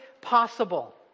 possible